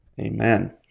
Amen